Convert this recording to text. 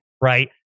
Right